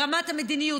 ברמת המדיניות,